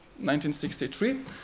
1963